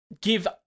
give